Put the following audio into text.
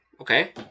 Okay